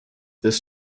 this